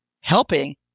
helping